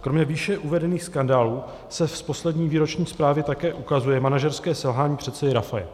Kromě výše uvedených skandálů se z poslední výroční zprávy také ukazuje manažerské selhání předsedy Rafaje.